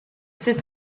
ftit